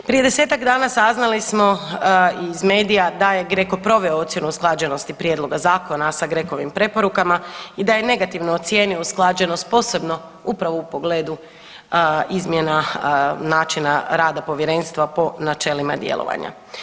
Prije 10-tak dana saznali smo iz medija da je GRECO proveo ocjenu usklađenosti Prijedloga zakona sa GRECO-vim preporukama i da je negativno ocijenio usklađenost posebno upravo u pogledu izmjena načina rada Povjerenstva po načelima djelovanja.